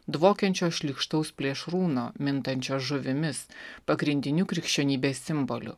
dvokiančio šlykštaus plėšrūno mintančio žuvimis pagrindiniu krikščionybės simboliu